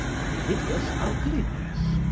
by hideous ugliness,